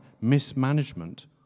mismanagement